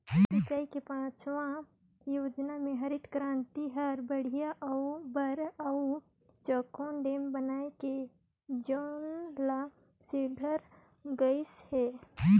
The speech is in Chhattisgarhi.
सिंचई के पाँचवा योजना मे हरित करांति हर बड़हाए बर अउ चेकडेम बनाए के जोजना ल संघारे गइस हे